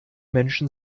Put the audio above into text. menschen